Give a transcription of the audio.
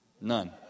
None